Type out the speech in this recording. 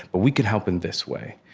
but we can help in this way.